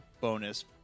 bonus